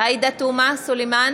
עאידה תומא סלימאן,